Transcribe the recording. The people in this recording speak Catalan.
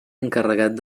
encarregat